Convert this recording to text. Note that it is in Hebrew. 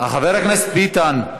חבר הכנסת ביטן,